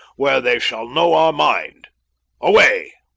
where they shall know our mind away!